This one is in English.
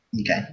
Okay